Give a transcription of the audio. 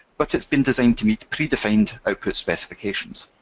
but it's been designed to meet predefined output specifications.